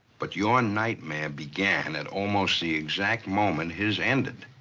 but your nightmare began at almost the exact moment his ended.